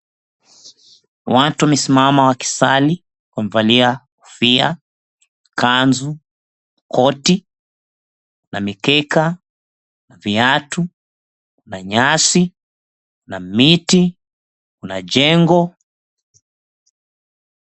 Watu wamesimama wakisali, wamevalia kofia, kanzu, koti na mikeka na viatu na nyasi na miti, kuna jengo.